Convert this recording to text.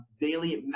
daily